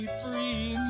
free